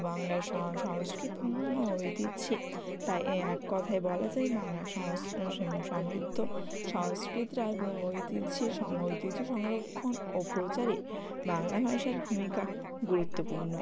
বাংলার সংস্কৃতি ও ঐতিহ্যে তাই এ এক কথায় বলা যায় বাংলার সমৃদ্ধ সংস্কৃতি ঐতিহ্যে ঐতিহ্য সংরক্ষণ ও প্রচারে বাংলা ভাষার ভূমিকা গুরুত্বপূর্ণ